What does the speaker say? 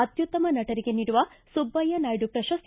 ಅತ್ಯುತ್ತಮ ನಟರಿಗೆ ನೀಡುವ ಸುಬ್ಬಯ್ಯ ನಾಯ್ದು ಪ್ರಶಸ್ತಿ